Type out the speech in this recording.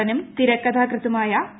നടനും തിരക്കഥാ കൃത്തുമായ പി